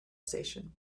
station